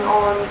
on